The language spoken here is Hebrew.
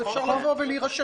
אז אפשר לבוא ולהירשם.